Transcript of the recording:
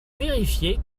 vérifier